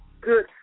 good